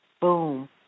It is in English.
boom